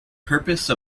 purpose